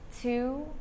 two